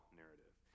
narrative